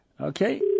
Okay